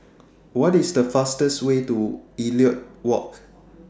What IS The fastest Way to Elliot Walk